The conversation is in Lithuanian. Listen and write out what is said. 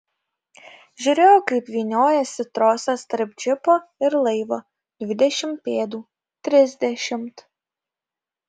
žiūrėjo kaip vyniojasi trosas tarp džipo ir laivo dvidešimt pėdų trisdešimt